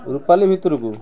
ରୂପାଲୀ ଭିତରକୁ